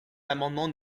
l’amendement